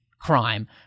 crime